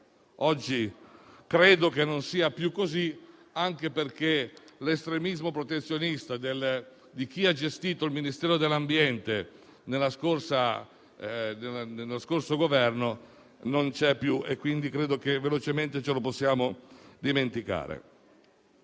Oggi credo che non sia più così, anche perché l'estremismo protezionista di chi ha gestito il Ministero dell'ambiente nello scorso Governo non c'è più e quindi credo che ce lo possiamo dimenticare